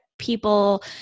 People